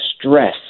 stress